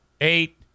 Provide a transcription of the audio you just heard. eight